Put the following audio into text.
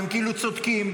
והם כאילו צודקים,